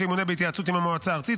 שימונה בהתייעצות עם המועצה הארצית,